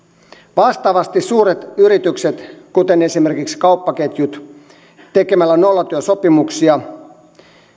vastaavasti suuret yritykset kuten esimerkiksi kauppaketjut tekemällä nollatyösopimuksia